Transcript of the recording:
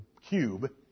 cube